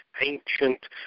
ancient